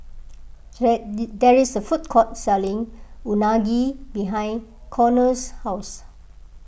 there is a food court selling Unagi behind Conor's house